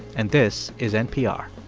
and this is npr